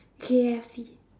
K_F_C